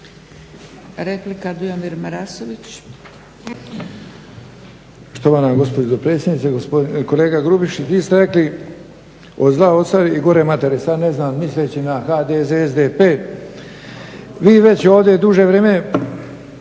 Replika, Dujomir Marasović.